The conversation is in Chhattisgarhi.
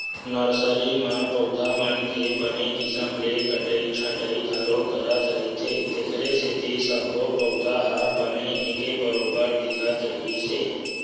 नरसरी म पउधा मन के बने किसम ले कटई छटई घलो करत रहिथे तेखरे सेती सब्बो पउधा ह बने एके बरोबर दिखत रिहिस हे